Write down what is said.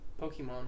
Pokemon